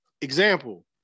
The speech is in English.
Example